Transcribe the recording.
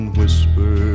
whisper